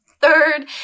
Third